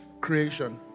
creation